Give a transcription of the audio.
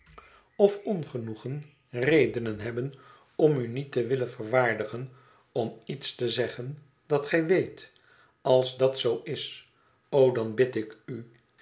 of ongenoegen redenen hebben om u niet te willen verwaardigen om iets te zeggen dat gij weet als dat zoo is o dan bid ik u